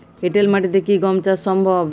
এঁটেল মাটিতে কি গম চাষ সম্ভব?